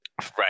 Right